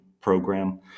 program